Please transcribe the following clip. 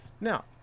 Now